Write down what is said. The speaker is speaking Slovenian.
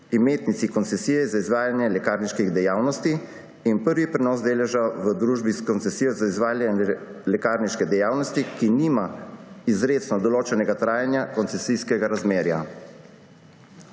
imetnici koncesije za izvajanje lekarniških dejavnosti in prvi prenos deleža v družbi s koncesijo za izvajanje lekarniške dejavnosti, ki nima izrecno določenega trajanja koncesijskega razmerja.